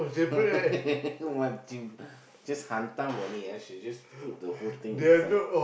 what she just hentam only ah should just put the whole thing inside